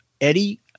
eddie